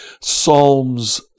Psalms